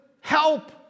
help